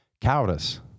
cowardice